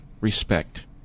respect